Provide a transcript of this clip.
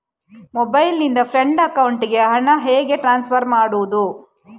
Mobile ನಿಂದ friend ಅಕೌಂಟಿಗೆ ಹಣ ಹೇಗೆ ಟ್ರಾನ್ಸ್ಫರ್ ಮಾಡುವುದು?